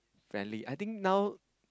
fairly I think now